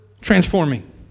transforming